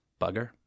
bugger